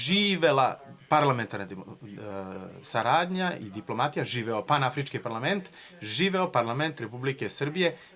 Živela parlamentarna saradnja i diplomatija, živeo Panafrički parlament, živeo parlament Republike Srbije.